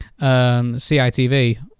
CITV